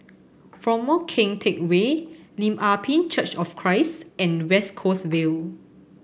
Former Keng Teck Whay Lim Ah Pin Church of Christ and West Coast Vale